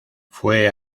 fue